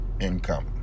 income